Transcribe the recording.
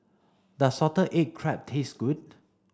does salted egg crab taste good